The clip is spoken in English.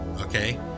okay